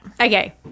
Okay